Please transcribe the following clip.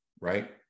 right